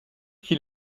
qui